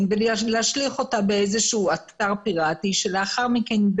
ולהשליך אותה באיזה שהוא אתר פיראטי שלאחר מכן,